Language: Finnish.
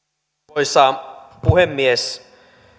arvoisa puhemies